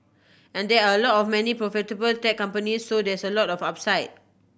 and there are a lot of many profitable tech company so there's a lot of upside